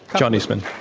john eastman.